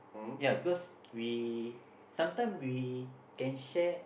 ya because we sometime we can share